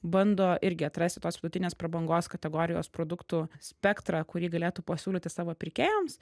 bando irgi atrasti tos vidutinės prabangos kategorijos produktų spektrą kurį galėtų pasiūlyti savo pirkėjams